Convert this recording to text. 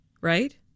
right